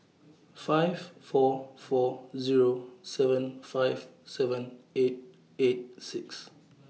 five four four Zero seven five seven eight eight six